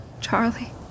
Charlie